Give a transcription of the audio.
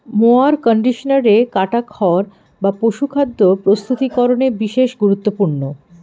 mower কন্ডিশনারে কাটা খড় বা পশুখাদ্য প্রস্তুতিকরনে বিশেষ গুরুত্বপূর্ণ